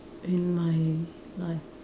in my life